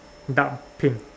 dark pink